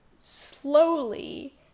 slowly